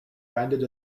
branded